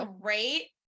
great